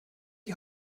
die